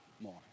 More